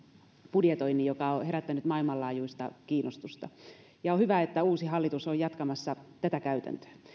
budjetoinnin joka on herättänyt maailmanlaajuista kiinnostusta on hyvä että uusi hallitus on jatkamassa tätä käytäntöä